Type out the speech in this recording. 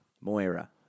Moira